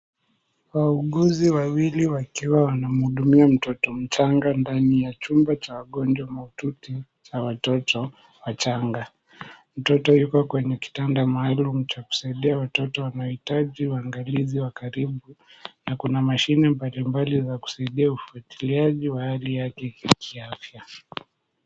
Wauguzi wawili wakiwa wanamhudumia mtoto mchanga ndani ya chumba cha wagonjwa mahututi za watoto wachanga. Mtoto yuko kwenye kitanda maalum cha kusaidia watoto wanaohitaji uangalizi wa karibu na kuna mashine mbalimbali za kusaidia ufuatiliaji wa hali yake kiafya.